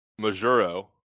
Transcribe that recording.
Majuro